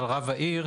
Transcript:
לגבי רב העיר,